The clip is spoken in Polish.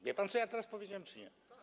Wie pan, co ja teraz powiedziałem, czy nie?